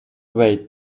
wait